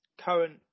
current